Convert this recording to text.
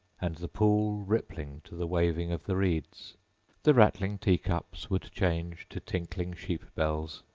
and the pool rippling to the waving of the reeds the rattling teacups would change to tinkling sheep-bells,